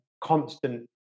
constant